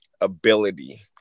ability